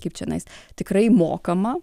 kaip čionais tikrai mokama